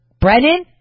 Brennan